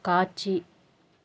காட்சி